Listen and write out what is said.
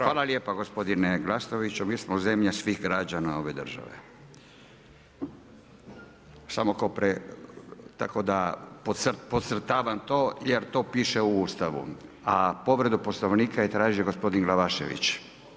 Hvala lijepa gospodine Glasnoviću, mi smo zemlja svih građana ove države, tako da podcrtavam to jer to piše u Ustavu a povredu Poslovnika je tražio gospodin Glavašević.